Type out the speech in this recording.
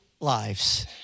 lives